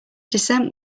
descent